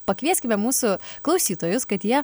pakvieskime mūsų klausytojus kad jie